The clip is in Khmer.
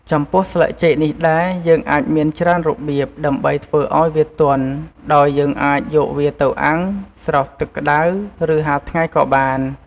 ចំពោះស្លឹកចេកនេះដែរ យើងអាចមានច្រើនរបៀបដើម្បីធ្វើអោយវាទន់ ដោយយើងអាចយកវាទៅអាំង ស្រុះទឹកក្ដៅ ឬ ហាលថ្ងៃក៏បាន។